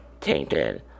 tainted